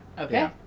okay